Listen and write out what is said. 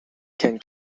can